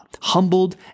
humbled